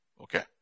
Okay